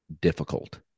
difficult